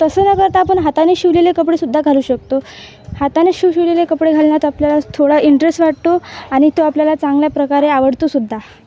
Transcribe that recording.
तसं न करता आपण हाताने शिवलेले कपडेसुद्धा घालू शकतो हाताने शिवशिवलेले कपडे घालण्यात आपल्याला थोडा इंटरेस्ट वाटतो आणि तो आपल्याला चांगल्या प्रकारे आवडतोसुद्धा